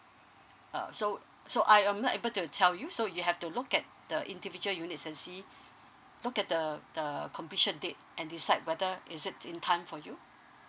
uh so so I am not able to tell you so you have to look at the individual unit agency look at the the completion date and decide whether is it in time for you